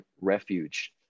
refuge